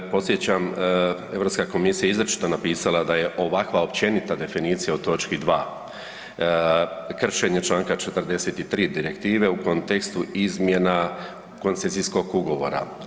Podsjećam, Europska komisija je izričito napisala da je ovakva općenita definicija o točki 2. kršenje čl. 42. direktive u kontekstu izmjena koncesijskog ugovora.